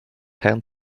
hand